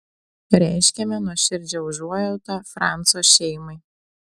reiškiame nuoširdžią užuojautą franco šeimai